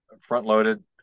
front-loaded